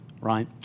right